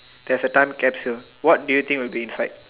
there's a time capsule what do you think will be inside